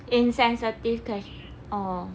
insensitive ques~ oh